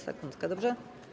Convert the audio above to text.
Sekundkę, dobrze?